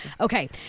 okay